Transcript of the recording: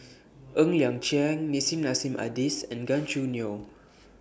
Ng Liang Chiang Nissim Nassim Adis and Gan Choo Neo